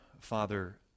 Father